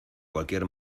cualquier